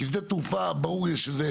כי שדה תעופה ברור יש איזה.